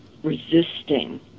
resisting